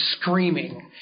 screaming